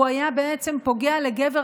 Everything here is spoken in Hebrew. גם של חברתי חברת הכנסת אבתיסאם מראענה